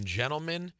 gentlemen